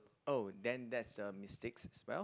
oh then that's a mistake as well